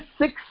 six